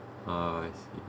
ah I see I see